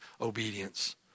obedience